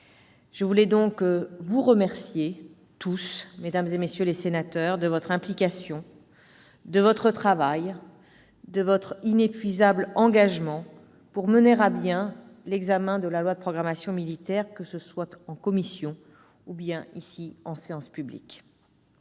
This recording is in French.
Je voulais donc vous remercier, tous, mesdames, messieurs les sénateurs, de votre implication, de votre travail et de votre inépuisable engagement pour mener à bien l'examen de ce projet de loi de programmation militaire, que ce soit en commission ou en séance publique.